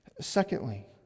Secondly